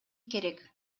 керек